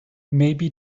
maybe